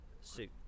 suit